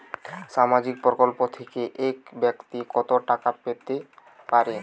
সামাজিক প্রকল্প থেকে এক ব্যাক্তি কত টাকা পেতে পারেন?